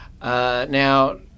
Now